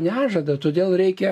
nežada todėl reikia